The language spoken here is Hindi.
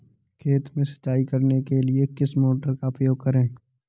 खेत में सिंचाई करने के लिए किस मोटर का उपयोग करें?